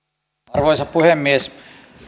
arvoisa puhemies